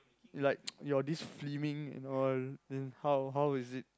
like your this filming and all then how how is it